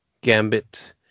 Gambit